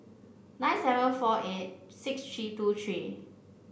nine seven four eight six three two three